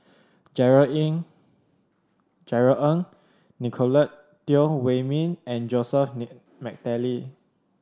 Jerry In Jerry Ng Nicolette Teo Wei Min and Joseph McNally